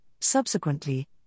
subsequently